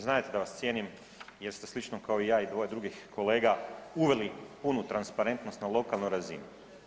Znadete da vas cijenim jer ste slično kao i ja i dvoje drugih kolega uveli punu transparentnost na lokalnoj razini.